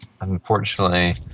unfortunately